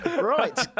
Right